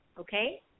okay